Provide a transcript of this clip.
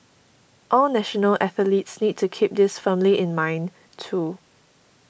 all national athletes need to keep this firmly in mind too